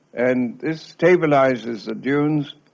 and this stabilises the dunes.